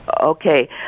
Okay